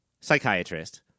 psychiatrist